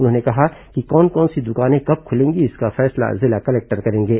उन्होंने कहा कि कौन कौन सी दुकानें कब खुलेंगी इसका फैसला जिला कलेक्टर करेंगे